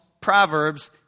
Proverbs